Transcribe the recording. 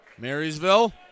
Marysville